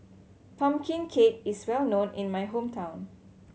pumpkin cake is well known in my hometown